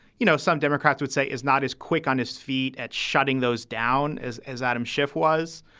you know, some democrats would say is not as quick on his feet at shutting those down as as adam schiff was.